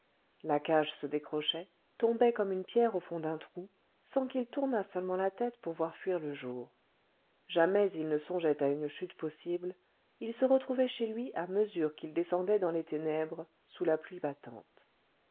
la cage se décrochait tombait comme une pierre au fond d'un trou sans qu'il tournât seulement la tête pour voir fuir le jour jamais il ne songeait à une chute possible il se retrouvait chez lui à mesure qu'il descendait dans les ténèbres sous la pluie battante